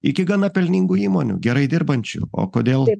iki gana pelningų įmonių gerai dirbančių o kodėl